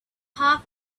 half